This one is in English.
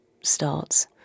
starts